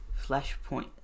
Flashpoint